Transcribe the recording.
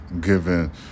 given